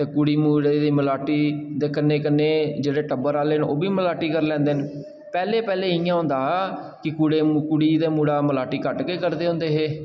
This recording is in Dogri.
ते कुड़ी ते मुड़े दी मलाटी दे कन्नै कन्नै ते जेह्ड़े टब्बर आह्ले न ओह् बी मलाटी करी लैंदे न पैह्लें पैह्लें इ'यां होंदा हा कि कुड़ी ते मुड़ा मलाटी घट्ट गै करदे होंदे हे